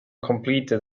completed